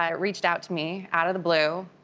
um reached out to me, out of the blue,